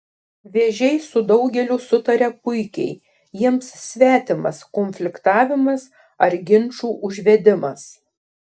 vėžiai su daugeliu sutaria puikiai jiems svetimas konfliktavimas ar ginčų užvedimas